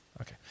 okay